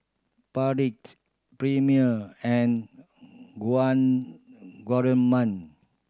Perdix Premier and Guardsman